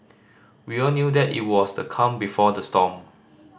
we all knew that it was the calm before the storm